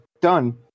Done